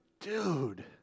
dude